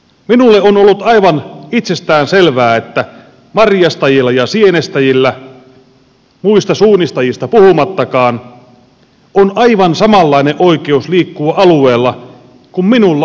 minulle on ollut aivan itsestään selvää että marjastajilla ja sienestäjillä muista suunnistajista puhumattakaan on aivan samanlainen oikeus liikkua alueella kuin minulla metsästäjänä